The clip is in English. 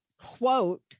quote